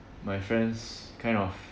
my friends kind of